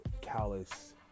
callous